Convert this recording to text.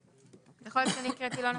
אני הקראתי לא בסדר.